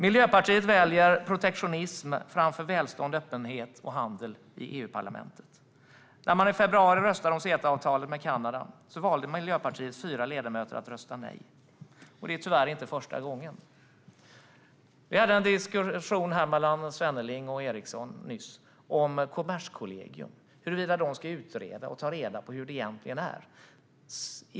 Miljöpartiet väljer protektionism framför välstånd, öppenhet och handel i EU-parlamentet. När man i februari röstade om CETA-avtalet med Kanada valde Miljöpartiets fyra ledamöter att rösta nej, och det var tyvärr inte första gången. Vi hörde nyss en diskussion mellan Svenneling och Eriksson om Kommerskollegium och huruvida de ska utreda och ta reda på hur det egentligen är.